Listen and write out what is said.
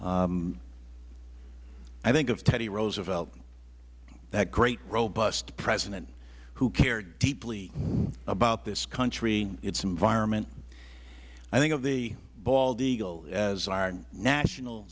planet i think of teddy roosevelt that great robust president who cared deeply about this country its environment i think of the bald eagle as our national